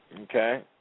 okay